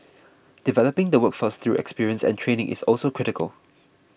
developing the workforce through experience and training is also critical